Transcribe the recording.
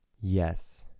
Yes